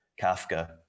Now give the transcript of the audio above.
Kafka